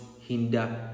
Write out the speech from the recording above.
hinder